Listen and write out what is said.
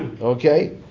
Okay